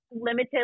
limited